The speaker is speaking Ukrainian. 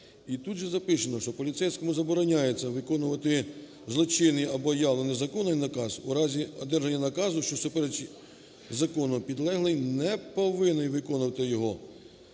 І тут же записано, що поліцейському забороняється виконувати злочинний або явно незаконний наказ. У разі одержання наказу, що суперечить закону, підлеглий не повинен виконувати його,